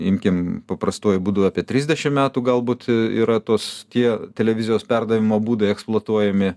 imkim paprastuoju būdu apie trisdešim metų galbūt yra tos tie televizijos perdavimo būdai eksploatuojami